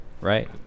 right